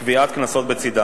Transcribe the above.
וקביעת קנסות בצדם.